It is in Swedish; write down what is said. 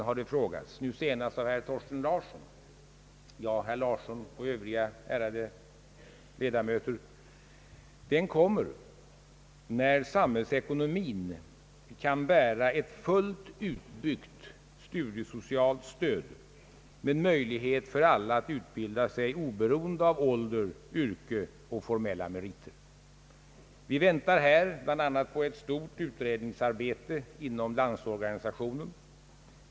Ja, herr Larsson och övriga ärade kammarledamöter, den kommer när samhällsekonomin kan bära ett fullt utbyggt studiesocialt stöd med möjlighet för alla att utbilda sig oberoende av ålder, yrke och formella meriter. Vi väntar här bl.a. på ett stort utredningsarbete inom Landsorganisationen.